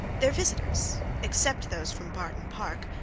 their visitors, except those from barton park,